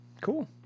Cool